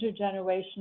intergenerational